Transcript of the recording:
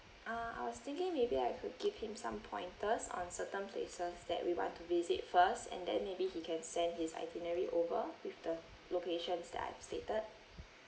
uh I was thinking maybe I could give him some pointers on certain places that we want to visit first and then maybe he can send his itinerary over with the locations that I've stated